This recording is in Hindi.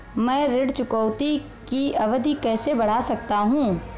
मैं ऋण चुकौती की अवधि कैसे बढ़ा सकता हूं?